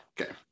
Okay